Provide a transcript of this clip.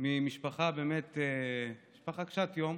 ממשפחה קשת יום